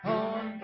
on